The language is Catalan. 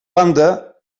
banda